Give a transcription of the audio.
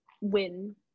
win